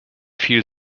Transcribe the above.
viel